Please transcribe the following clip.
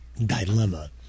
dilemma